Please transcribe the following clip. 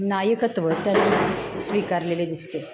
नायकत्व त्यांनी स्वीकारलेले दिसते